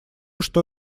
что